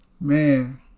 Man